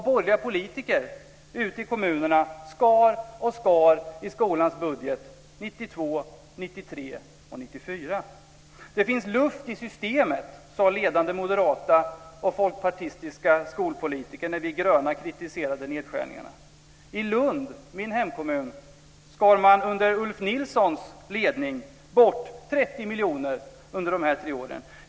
Borgerliga politiker ute i kommunerna skar och skar i skolans budget - 1992, 1993 och "Det finns luft i systemet", sade ledande moderata och folkpartistiska skolpolitiker när vi gröna kritiserade nedskärningarna. I min hemkommun Lund skar man under Ulf Nilssons ledning bort 30 miljoner under de här tre åren.